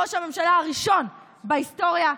ראש הממשלה הראשון בהיסטוריה,